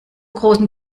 großen